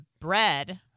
bread